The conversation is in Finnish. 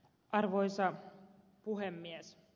arvoisa puhemies